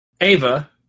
Ava